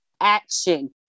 action